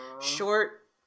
short